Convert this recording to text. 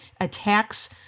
attacks